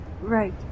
Right